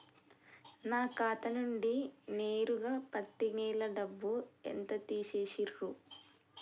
నా ఖాతా నుండి నేరుగా పత్తి నెల డబ్బు ఎంత తీసేశిర్రు?